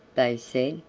they said,